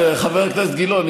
חבר הכנסת גילאון,